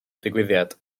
digwyddiad